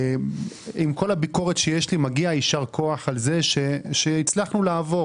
עם כל הביקורת שיש לי מגיע יישר כוח על כך שהצלחנו לעבור